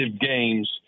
games